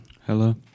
Hello